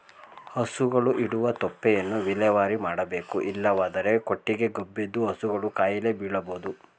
ಹಸುಗಳು ಇಡುವ ತೊಪ್ಪೆಯನ್ನು ವಿಲೇವಾರಿ ಮಾಡಬೇಕು ಇಲ್ಲವಾದರೆ ಕೊಟ್ಟಿಗೆ ಗಬ್ಬೆದ್ದು ಹಸುಗಳು ಕಾಯಿಲೆ ಬೀಳಬೋದು